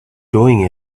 doing